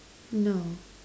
no